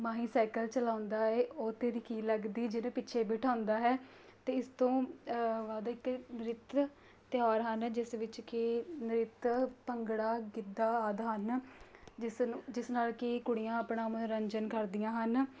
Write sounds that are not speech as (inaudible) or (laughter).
ਮਾਹੀ cycle ਚਲਾਉਂਦਾ ਏ ਉਹ ਤੇਰੀ ਕੀ ਲੱਗਦੀ ਜਿਹਨੂੰ ਪਿੱਛੇ ਬੈਠਾਉਂਦਾ ਹੈ ਅਤੇ ਇਸ ਤੋਂ (unintelligible) ਨ੍ਰਿੱਤ ਤਿਉਹਾਰ ਹਨ ਜਿਸ ਵਿੱਚ ਕਿ ਨ੍ਰਿੱਤ ਭੰਗੜਾ ਗਿੱਧਾ ਆਦਿ ਹਨ ਜਿਸ ਨੂੰ ਜਿਸ ਨਾਲ ਕਿ ਕੁੜੀਆਂ ਆਪਣਾ ਮਨੋਰੰਜਨ ਕਰਦੀਆਂ ਹਨ